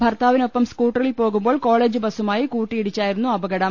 ഭർത്താവിനൊപ്പം സ്കൂട്ടറിൽ പോകുമ്പോൾ കോളെജ് ബസ്സുമായി കൂട്ടിയിടിച്ചായിരുന്നു അപകടം